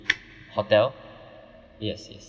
hotel yes yes